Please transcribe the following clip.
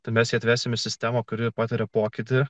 tai mes atvesime sistemą kuri patarė pokytį